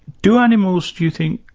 do animals, do you think,